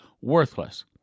worthless